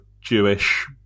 Jewish